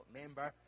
member